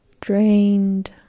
drained